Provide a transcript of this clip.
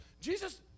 Jesus